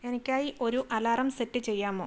എനിക്കായി ഒരു alarm set ചെയ്യാമോ